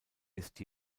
ist